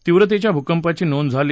तीव्रतेच्या भूकंपाची नोंद झाली